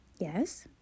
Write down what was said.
Yes